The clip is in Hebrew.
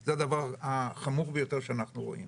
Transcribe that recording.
זה הדבר החמור ביותר שאנחנו רואים.